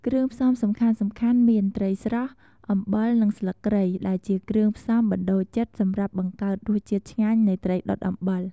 គ្រឿងផ្សំសំខាន់ៗមាន ត្រីស្រស់ អំបិល និងស្លឹកគ្រៃ ដែលជាគ្រឿងផ្សំបណ្ដូលចិត្តសម្រាប់បង្កើតរសជាតិឆ្ងាញ់នៃ ត្រីដុតអំបិល។